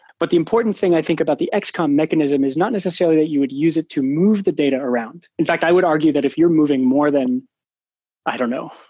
but the important thing i think about the xcom mechanism is not necessary that you would use it to move the data around. in fact, i would argue that if you're moving more than i don't know.